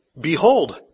behold